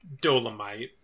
Dolomite